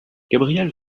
gabrielle